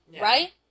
right